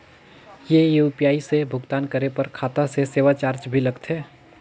ये यू.पी.आई से भुगतान करे पर खाता से सेवा चार्ज भी लगथे?